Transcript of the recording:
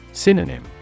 Synonym